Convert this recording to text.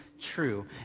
true